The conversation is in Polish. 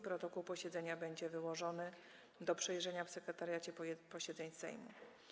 Protokół posiedzenia będzie wyłożony do przejrzenia w Sekretariacie Posiedzeń Sejmu.